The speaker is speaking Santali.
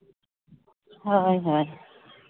ᱦᱳᱭ ᱦᱳᱭ